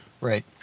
Right